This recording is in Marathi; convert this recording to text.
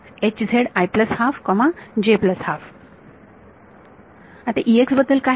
विद्यार्थी बद्दल काय